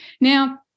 Now